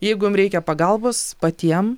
jeigu jum reikia pagalbos patiem